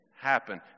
happen